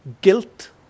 guilt